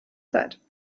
zeit